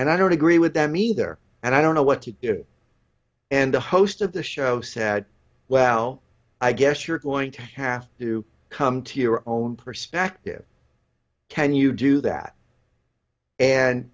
and i don't agree with them either and i don't know what he and the host of the show sad well i guess you're going to have to come to your own perspective can you do